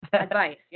advice